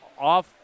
Off